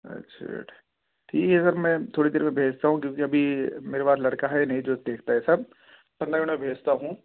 اچھا ٹھ ٹھیک ہے سر میں تھوڑی دیر میں بھیجتا ہوں کیونکہ ابھی میرے پاس لڑکا ہے نہیں جو دیکھتا ہے سب پر میں انہیں بھیجتا ہوں